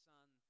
Son